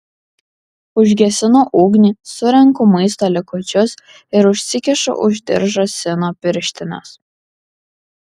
užgesinu ugnį surenku maisto likučius ir užsikišu už diržo sino pirštines